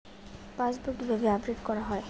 Passbook কিভাবে update করা হয়?